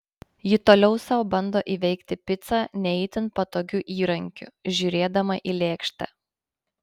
ji toliau sau bando įveikti picą ne itin patogiu įrankiu žiūrėdama į lėkštę